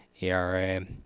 ERA